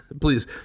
Please